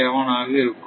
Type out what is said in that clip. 7 ஆக இருக்கும்